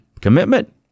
commitment